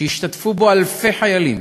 שהשתתפו בו אלפי חיילים,